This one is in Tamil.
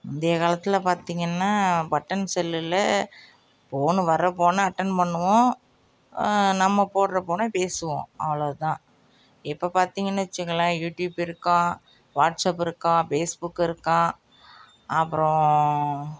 முந்தைய காலத்தில் பார்த்தீங்கன்னா பட்டன் செல்லில் ஃபோனு வர ஃபோனை அட்டென்ட் பண்ணுவோம் நம்ம போடுற ஃபோனை பேசுவோம் அவ்வளோ தான் இப்போ பார்த்தீங்கன்னு வெச்சுங்களேன் யூடியூப் இருக்காம் வாட்ஸ்அப் இருக்காம் பேஸ் புக் இருக்காம் அப்புறம்